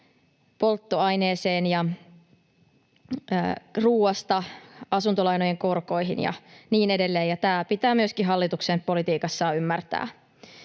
polttoaineeseen ja ruuasta asuntolainojen korkoihin ja niin edelleen, ja tämä pitää myöskin hallituksen politiikassaan ymmärtää.